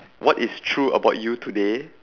what is true about you today